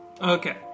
Okay